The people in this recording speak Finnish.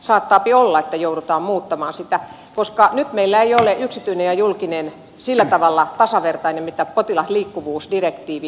saattaapi olla että joudutaan muuttamaan sitä koska nyt meillä eivät ole yksityinen ja julkinen sillä tavalla tasavertaisia kuin potilasliikkuvuusdirektiivi edellyttäisi